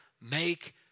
Make